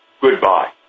goodbye